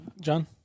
John